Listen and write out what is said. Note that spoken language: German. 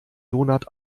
donut